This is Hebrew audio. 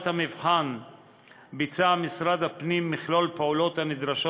המבחן ביצע משרד הפנים מכלול פעולות הנדרשות